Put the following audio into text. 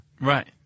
Right